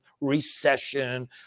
recession